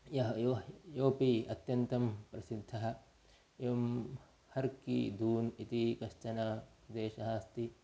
यः यो योऽपि अत्यन्तं प्रसिद्धः एवं हर्कीदून् इति कश्चन देशः अस्ति